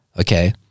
Okay